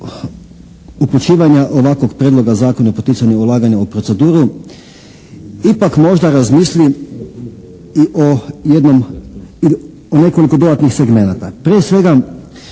upućivanja ovakvog prijedloga zakona i poticanja ulaganja u proceduru ipak možda razmisli i o jednom, o nekoliko dodatnih segmenata.